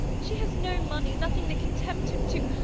she has no money, nothing that can tempt him to